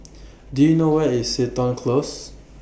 Do YOU know Where IS Seton Close